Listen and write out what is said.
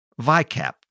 VICAP